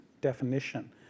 definition